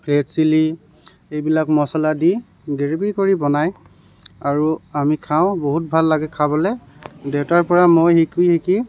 red chilli এইবিলাক মছলা দি গ্ৰেভী কৰি বনায় আৰু আমি খাওঁ বহুত ভাল লাগে খাবলৈ দেউতাৰ পৰা মই শিকি শিকি